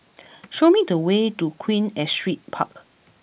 show me the way to Queen Astrid Park